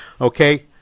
Okay